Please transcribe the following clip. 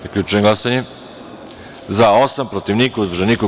Zaključujem glasanje: za – 11, protiv – niko, uzdržan – niko.